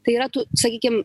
tai yra tų sakykim